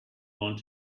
want